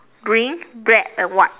green black and white